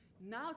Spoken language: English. now